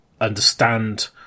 understand